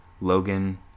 Logan